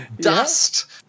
dust